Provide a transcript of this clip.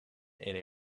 and